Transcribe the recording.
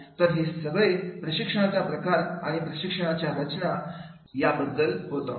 तर हे सगळं प्रशिक्षणाच्या प्रकार आणि प्रशिक्षण कार्यक्रमाच्या रचना या बद्दल होतं